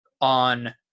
on